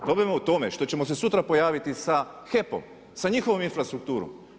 Problem je u tome što ćemo se sutra pojaviti sa HEP-om, sa njihovom infrastrukturom.